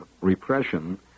repression